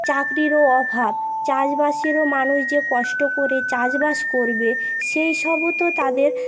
চাকরিরও অভাব চাষবাষেরও মানুষ যে কষ্ট করে চাষবাষ করবে সেইসবও তো তাদের